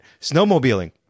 snowmobiling